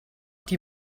die